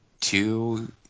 two